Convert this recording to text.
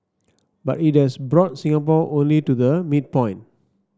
but it has brought Singapore only to the midpoint